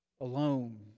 alone